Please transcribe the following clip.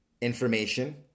information